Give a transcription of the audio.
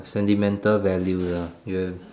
the sentimental value lah